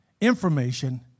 information